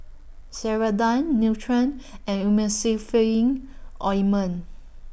Ceradan Nutren and Emulsying Ointment